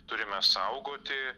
turime saugoti